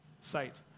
site